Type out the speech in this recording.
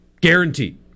Guaranteed